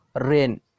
rain